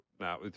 now